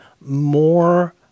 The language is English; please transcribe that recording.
more